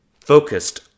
focused